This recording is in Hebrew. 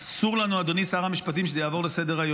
אסור לנו, אדוני שר המשפטים שזה יעבור לסדר-היום.